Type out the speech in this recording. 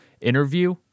interview